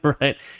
right